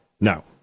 No